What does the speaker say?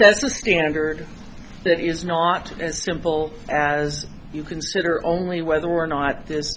the standard that is not as simple as you consider only whether or not this